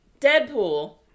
Deadpool